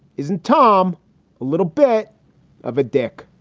isn't tom a little bit of a dick?